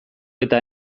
eta